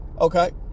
okay